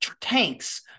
tanks